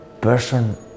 person